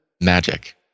Magic